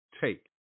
Take